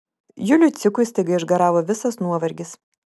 juliui cikui staiga išgaravo visas nuovargis